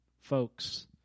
folks